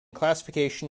classification